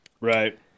right